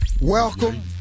Welcome